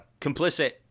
complicit